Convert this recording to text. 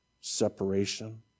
separation